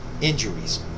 injuries